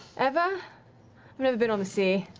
ever? i've never been on the sea.